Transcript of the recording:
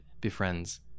befriends